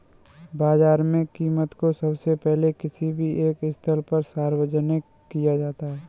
बाजार में कीमत को सबसे पहले किसी भी एक स्थल पर सार्वजनिक किया जाता है